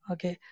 Okay